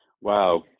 wow